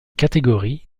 catégories